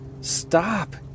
stop